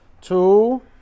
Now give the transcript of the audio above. Two